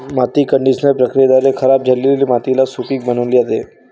माती कंडिशनर प्रक्रियेद्वारे खराब झालेली मातीला सुपीक बनविली जाते